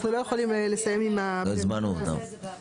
אנחנו לא יכולים לסיים עם --- לא הזמנו אותם.